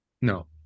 no